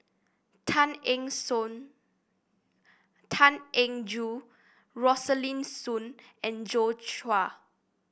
Tan Eng Joo Rosaline Soon and Joi Chua